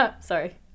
Sorry